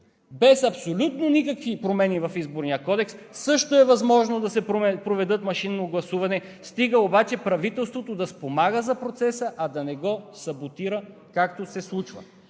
без абсолютно никакви промени в Изборния кодекс също е възможно да се проведе машинно гласуване, стига обаче правителството да спомага за процеса, а да не го саботира, както се случва.